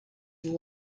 you